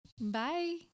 Bye